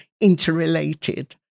interrelated